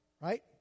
right